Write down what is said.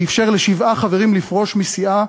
שאפשר לשבעה חברים לפרוש מסיעה,